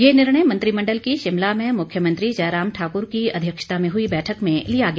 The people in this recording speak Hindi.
ये निर्णय मंत्रिमंडल की शिमला में मुख्यमंत्री जयराम ठाकुर की अध्यक्षता में हुई बैठक में लिया गया